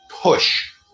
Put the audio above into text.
push